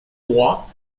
droit